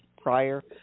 prior